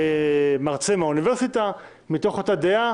שהיושב-ראש יהיה מרצה מהאוניברסיטה מתוך אותה דעה,